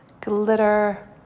glitter